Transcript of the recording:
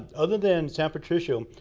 other than san patricio,